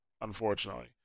unfortunately